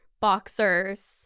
boxers